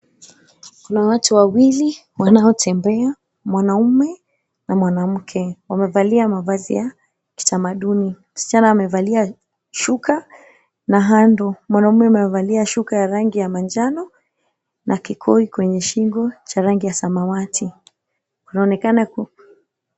Kuna watu wawili wanaotembea, mwanamme na mwanamke, wamevalia mavazi ya kitamaduni. Msichana amevalia shuka na hando, mwanamme amevalia shuka ya rangi ya manjano na kikoi kwenye shingo cha rangi ya samawati. Wanaonekana ku...